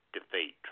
defeat